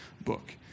book